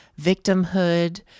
victimhood